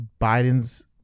Biden's